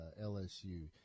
LSU